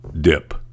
dip